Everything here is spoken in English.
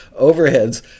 Overheads